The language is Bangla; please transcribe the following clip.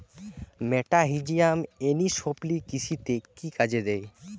মেটাহিজিয়াম এনিসোপ্লি কৃষিতে কি কাজে দেয়?